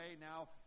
Now